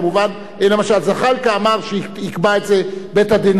למשל זחאלקה אמר שיקבע את זה בית-הדין הבין-לאומי בהאג.